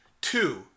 Two